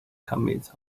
commits